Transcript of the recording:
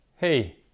Hey